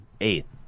Eighth